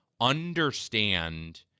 understand